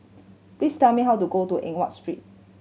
please tell me how to go to Eng Watt Street